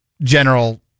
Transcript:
General